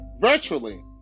virtually